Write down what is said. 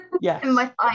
Yes